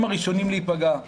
הם הראשונים להיפגע,